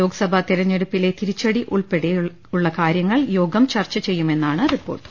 ലോക്സഭാ തെരഞ്ഞെടുപ്പിലെ തിരിച്ചടി ഉൾപ്പെടെ കാര്യങ്ങൾ യോഗം ചർച്ച ചെയ്യുമെന്നാണ് റിപ്പോർട്ട്